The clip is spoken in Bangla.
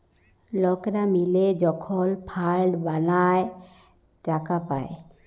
লকরা মিলে যখল ফাল্ড বালাঁয় টাকা পায়